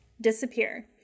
disappear